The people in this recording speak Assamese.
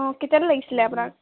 অঁ কেতিয়ালৈ লাগিছিলে আপোনাক